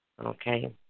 Okay